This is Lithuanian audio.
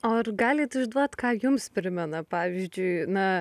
o ar galit išduot ką jums primena pavyzdžiui na